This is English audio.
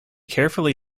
carefully